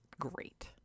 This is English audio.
great